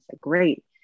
Great